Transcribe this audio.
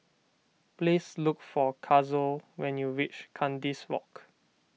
please look for Kazuo when you reach Kandis Walk